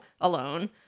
alone